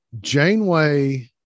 janeway